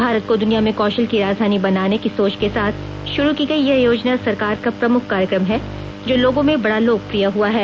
भारत को दुनिया में कौशल की राजधानी बनाने की सोच के साथ शुरू की गई यह योजना सरकार का प्रमुख कार्यक्रम है जो लोगों में बड़ा लोकप्रिय हुआ है